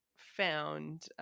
found